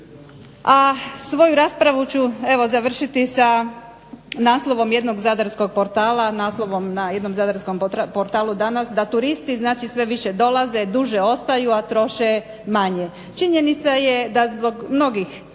A svoju raspravu ću evo završiti sa naslovom jednog zadarskog portala, naslovom na jednom zadarskom portalu danas, da turisti znači sve više dolaze, duže ostaju, a troše manje. Činjenica je da zbog mnogih